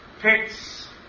picks